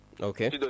Okay